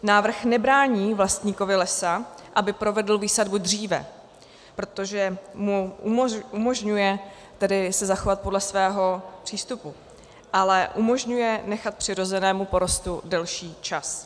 Návrh nebrání vlastníkovi lesa, aby provedl výsadbu dříve, protože mu umožňuje tedy se zachovat podle svého přístupu, ale umožňuje nechat přirozenému porostu delší čas.